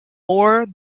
more